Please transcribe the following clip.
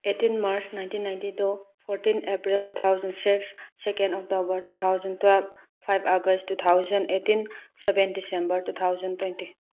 eighteen March nineteen ninety two fourteen April two thousand six second October two thousand twelve five August two thousand eighteen seven December two thousand twenty